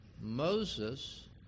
Moses